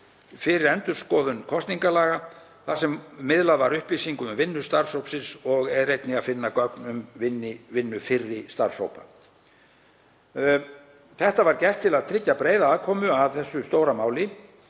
fyrir endurskoðun kosningalaga þar sem miðlað var upplýsingum um vinnu starfshópsins og er einnig að finna gögn um vinnu fyrri starfshópa. Þetta var gert til að tryggja breiða aðkomu að þessu stóra máli